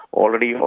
already